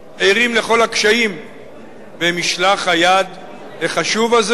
ערים לכל הקשיים במשלח-היד החשוב הזה,